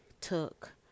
took